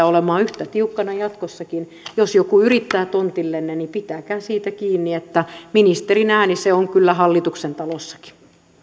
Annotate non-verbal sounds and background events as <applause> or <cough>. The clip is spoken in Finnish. <unintelligible> olemaan yhtä tiukkana jatkossakin jos joku yrittää tontillenne niin pitäkää siitä kiinni että ministerin ääni se on kyllä hallituksen talossakin